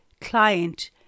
client